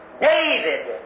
David